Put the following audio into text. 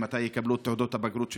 מתי הם יקבלו את תעודות הבגרות שלהם?